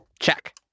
Check